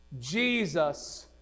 Jesus